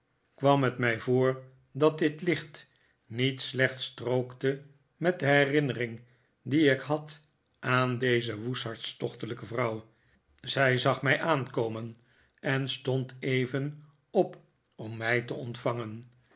kwam het mij voor dat dit licht niet slecht strookte met de herinnering die ik had aan deze woest hartstochtelijke vrouw zij zag mij aankomen en stond even op om mij te ontvangen